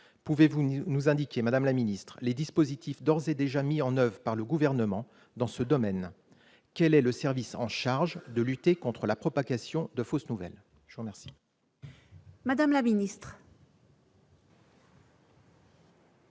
Pouvez-vous nous indiquer, madame la ministre, les dispositifs d'ores et déjà mis en oeuvre par le Gouvernement dans ce domaine. Quel est le service chargé de lutter contre la propagation de fausses nouvelles ? La parole est à Mme la ministre.